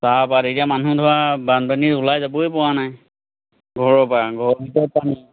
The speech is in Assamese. চাহপাত এতিয়া মানুহে ধৰা বানপানীত ওলাই যাবই পৰা নাই ঘৰপৰা ঘৰ ভিতৰত পানী